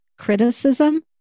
criticism